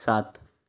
सात